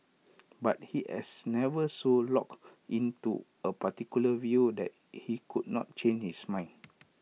but he is never so locked in to A particular view that he could not change his mind